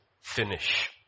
finish